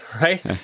right